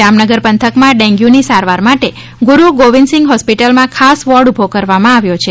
જામનગર પંથકમાં ડેન્ગ્યુની સારવાર માટે ગુરૂ ગોવિંદસિંઘ હોસ્પીટલમાં ખાસ વોર્ડ ઉભો કરવામાં આવ્યો છે